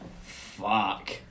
fuck